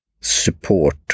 support